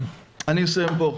אני אסיים פה.